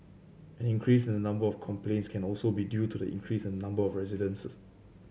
an increase in the number of complaints can also be due to the increase in number of residents